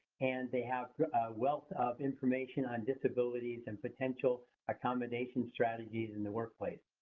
and they have a wealth of information on disabilities and potential accommodation strategies in the workplace.